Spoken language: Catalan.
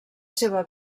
seva